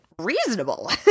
Reasonable